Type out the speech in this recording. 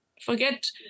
Forget